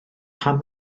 pam